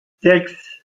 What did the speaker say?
sechs